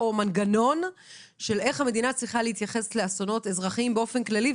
מנגנון של איך המדינה צריכה להתייחס לאסונות אזרחיים באופן כללי,